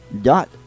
dot